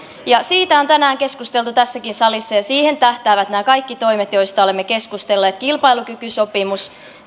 siitä on tänään keskusteltu tässäkin salissa ja siihen tähtäävät nämä kaikki toimet joista olemme keskustelleet kilpailukykysopimus